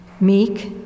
Meek